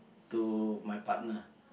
to my partner